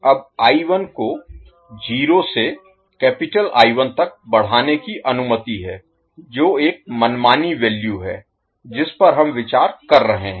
अब को जीरो से तक बढ़ाने की अनुमति है जो एक मनमानी वैल्यू है जिस पर हम विचार कर रहे हैं